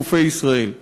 בחופי ישראל.